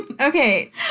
okay